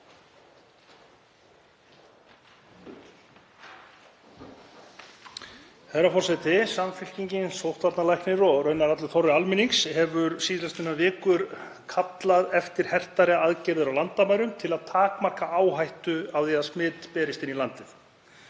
Herra forseti. Samfylkingin, sóttvarnalæknir og raunar allur þorri almennings hefur síðastliðnar vikur kallað eftir hertari aðgerðum á landamærum til að takmarka áhættu á því að smit berist inn í landið.